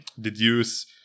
deduce